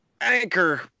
Anchor